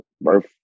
birth